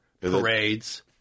parades